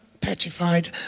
petrified